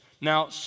Now